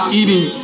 eating